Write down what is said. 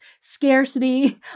Scarcity